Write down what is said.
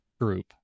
group